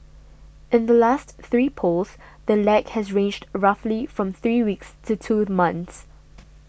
in the last three polls the lag has ranged roughly from three weeks to two months